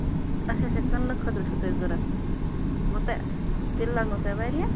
اَچھا اَچھا کٕننہٕ خٲطرٕ چھِ تۄہہِ ضروٗرت گوٚو تہ تیٚلہِ لَگنو تۄہہِ واریاہ